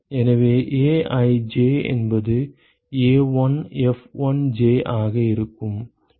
எனவே aij என்பது A1F1j ஆக இருக்கும்